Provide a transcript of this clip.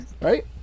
Right